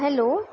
hello